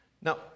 Now